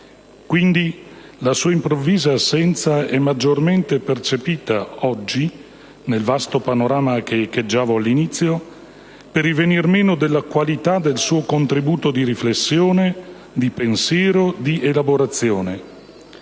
Quindi, la sua improvvisa assenza è maggiormente percepita oggi, nel vasto panorama che echeggiavo all'inizio, per il venir meno della qualità del suo contributo di riflessione, di pensiero, di elaborazione.